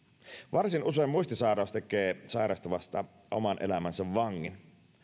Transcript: varsin usein muistisairaus tekee sitä sairastavasta oman elämänsä vangin